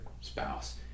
spouse